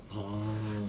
orh